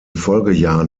folgejahren